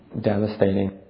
devastating